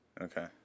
Okay